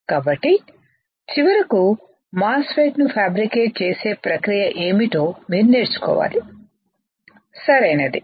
కాబట్టి చివరకు MOSFET ను ఫ్యాబ్రికేట్ చేసే ప్రక్రియ ఏమిటో మీరు నేర్చుకోవాలి సరైనది